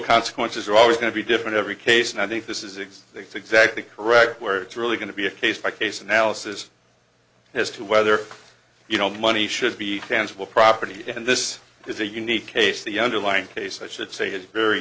consequences are always going to be different every case and i think this is it takes exactly correct where it's really going to be a case by case analysis as to whether you know money should be tangible property and this is a unique case the underlying case i should say